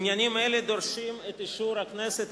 עניינים אלה דורשים את אישור הכנסת,